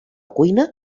cuina